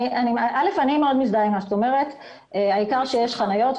אני מאוד מזדהה עם מה שאת אומרת, העיקר שיש חניות.